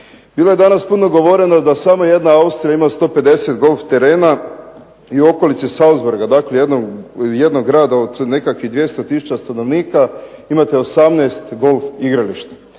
Bilo je danas puno govoreno da samo jedna Austrija ima 150 golf terena i u okolici Salzburga, dakle jednog grada od nekakvih 200 tisuća stanovnika imate 18 golf igrališta.